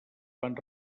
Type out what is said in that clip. van